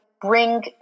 bring